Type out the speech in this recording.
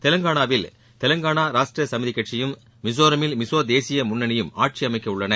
தெலங்காளாவில் தெலங்காளா ராஷ்ட்டிர சமிதி கட்சியும் மிசோரமில் மிசோ தேசிய முன்னணியும் ஆட்சியமைக்க உள்ளன